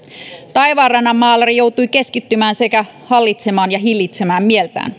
taivaanrannan maalari joutui keskittymään sekä hallitsemaan ja hillitsemään mieltään